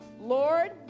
Lord